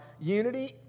Unity